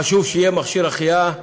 חשוב שיהיה מכשיר החייאה,